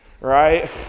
right